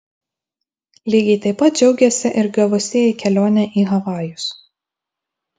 lygiai taip pat džiaugėsi ir gavusieji kelionę į havajus